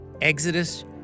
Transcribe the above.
Exodus